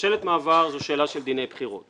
ממשלת מעבר זו שאלה של דיני בחירות.